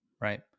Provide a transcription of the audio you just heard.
Right